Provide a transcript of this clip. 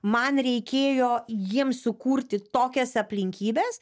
man reikėjo jiems sukurti tokias aplinkybes